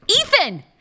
Ethan